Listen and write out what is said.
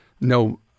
no